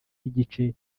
n’igice